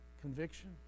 conviction